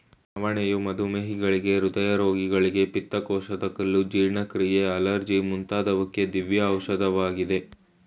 ನವಣೆಯು ಮಧುಮೇಹಿಗಳಿಗೆ, ಹೃದಯ ರೋಗಿಗಳಿಗೆ, ಪಿತ್ತಕೋಶದ ಕಲ್ಲು, ಜೀರ್ಣಕ್ರಿಯೆ, ಅಲರ್ಜಿ ಮುಂತಾದುವಕ್ಕೆ ದಿವ್ಯ ಔಷಧವಾಗಿದೆ